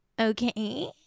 okay